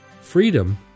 Freedom